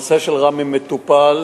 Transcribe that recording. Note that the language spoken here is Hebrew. הנושא של ראמה מטופל,